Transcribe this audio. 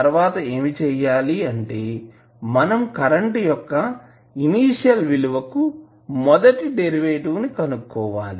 తర్వాత ఏమి చెయ్యాలి అంటే మనం కరెంటు యొక్క ఇనీషియల్ విలువ కి మొదటి డెరివేటివ్ కనుక్కోవాలి